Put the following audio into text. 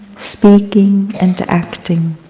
speaking, and acting.